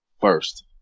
first